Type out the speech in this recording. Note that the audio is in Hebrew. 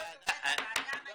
בסדר.